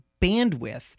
bandwidth